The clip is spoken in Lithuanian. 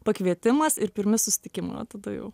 pakvietimas ir pirmi susitikimai o tada jau